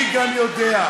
אני גם יודע,